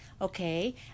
okay